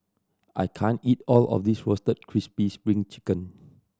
I can't eat all of this Roasted Crispy Spring Chicken